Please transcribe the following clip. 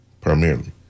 primarily